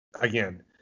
again